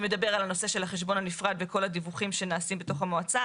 שמדבר על הנושא של החשבון הנפרד וכל הדיווחים שנעשים במועצה.